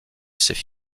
c’est